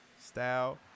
style